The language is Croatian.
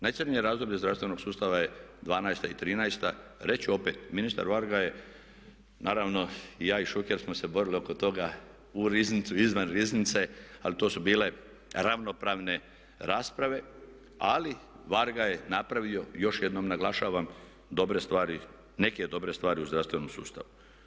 Najcrnje razdoblje zdravstvenog sustava je '12.-ta i '13.-ta, reći ću opet, ministar Varga je, naravno i ja i Šuker smo se borili oko toga u riznicu, izvan riznice, ali to su bile ravnopravne rasprave ali Varga je napravio, još jednom naglašavam dobre stvari, neke dobre stvari u zdravstvenom sustavu.